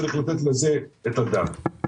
צריך לתת לזה את הדעת.